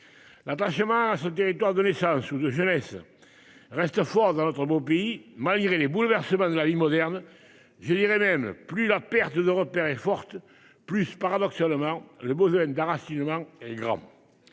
L'attachement à ce territoire de naissance ou de jeunesse. Reste fort dans notre beau pays malgré les bouleversements de la vie moderne. Je dirais même plus, la perte de repères est forte, plus paradoxalement le besoin d'enracinement et grand.